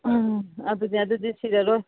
ꯑꯗꯨꯅꯤ ꯑꯗꯨꯗꯤ ꯁꯤꯔꯔꯣꯏ